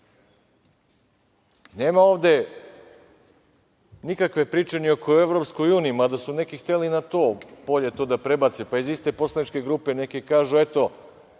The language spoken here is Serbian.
ovde nikakve priče ni oko EU, mada su neki hteli i na to polje to da prebace, pa iz iste poslaničke grupe neki kažu – eto